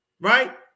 right